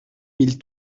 mille